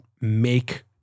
make